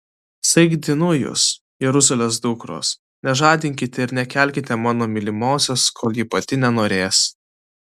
saikdinu jus jeruzalės dukros nežadinkite ir nekelkite mano mylimosios kol ji pati nenorės